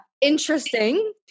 Interesting